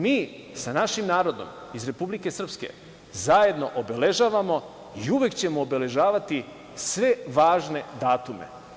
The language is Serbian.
Mi sa našim narodom iz Republike Srpske zajedno obeležavamo i uvek ćemo obeležavati sve važne datume.